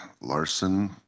Larson